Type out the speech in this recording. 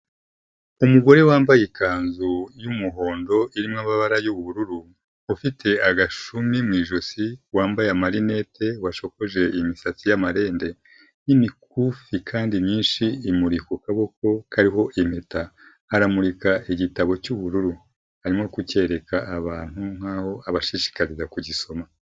Umugore wambaye ikanzu y'umuhondo irimo amabara y'ubururu, ufite agashumi mu ijosi, wambaye amarinete, washokoje imisatsi y'amarende, imikufi kandi myinshi imuri ku kaboko kariho impeta, aramurika igitabo cy'ubururu arimo kucyereka abantu nkaho abashishikarira kugisoma.